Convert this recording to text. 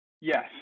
Yes